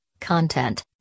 content